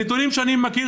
הנתונים שאני מכיר,